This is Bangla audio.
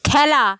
খেলা